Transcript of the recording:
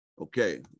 Okay